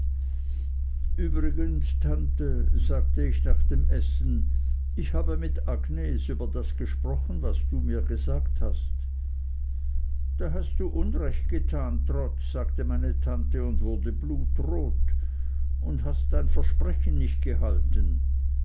übrigens tante sagte ich nach dem essen ich habe mit agnes über das gesprochen was du mir gesagt hast da hast du unrecht getan trot sagte meine tante und wurde blutrot und hast dein versprechen nicht gehalten